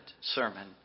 sermon